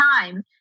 time